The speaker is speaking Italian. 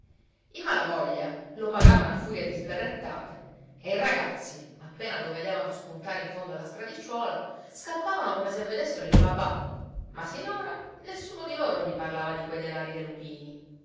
i malavoglia lo pagavano a furia di sberrettate e i ragazzi appena lo vedevano spuntare in fondo alla stradicciuola scappavano come se vedessero il ba bau ma sinora nessuno di loro gli parlava di quei denari dei lupini